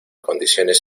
condiciones